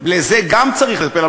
וגם בזה צריך לטפל.